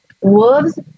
Wolves